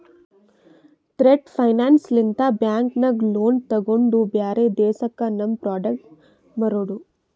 trade finance ಲಿಂತ bank ನಾಗ್ loan ತೊಗೊಂಡು ಬ್ಯಾರೆ ದೇಶಕ್ಕ ನಮ್ ಪ್ರೋಡಕ್ಟ್ ಮಾರೋದು